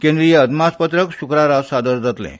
केंद्रीय अदमासपत्रक श्क्रारा सादर जातलें